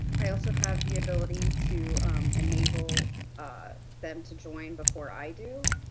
i also have the ability to enable them to join before i do,